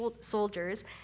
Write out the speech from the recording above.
soldiers